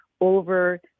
over